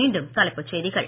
மீண்டும் தலைப்புச் செய்திகள்